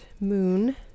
moon